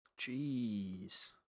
Jeez